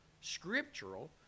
scriptural